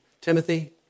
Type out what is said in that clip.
Timothy